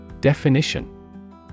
Definition